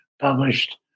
published